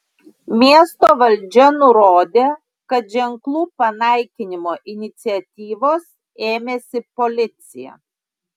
miesto valdžia nurodė kad ženklų panaikinimo iniciatyvos ėmėsi policija